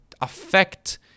affect